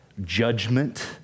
Judgment